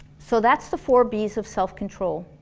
so that's the four bs of self control